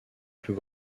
plus